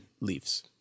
leaves